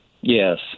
Yes